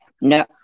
no